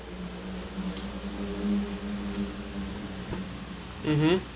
mmhmm